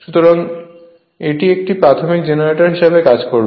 সুতরাং এটি একটি প্রাথমিক জেনারেটর হিসাবে কাজ করবে